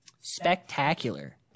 Spectacular